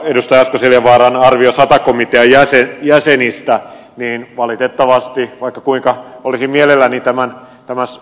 asko seljavaaran arvio sata komitean jäsenistä niin valitettavasti vaikka kuinka olisin mielelläni tämän ed